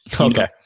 okay